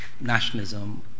nationalism